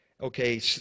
Okay